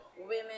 women